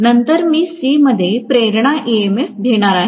नंतर मी C मध्ये प्रेरणा ईएमएफ घेणार आहे